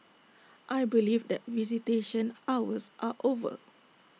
I believe that visitation hours are over